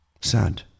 Sad